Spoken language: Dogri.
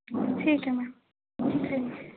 ठीक ऐ ना ठीक